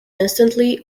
instantly